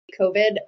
COVID